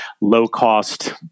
low-cost